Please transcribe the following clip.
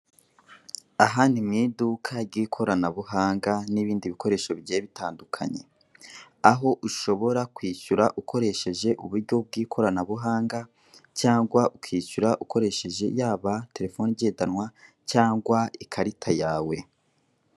Aha ni mu iduka ry'ikoranabuhanga n'ibindi bikoresho bigiye bitandukanye, aho ushobora kwishyura ukoresheje uburyo bw'ikoranabuhanga cyangwa ukishyura ukoresheje, yaba terefone igendanwa cyangwa ikarita yawe.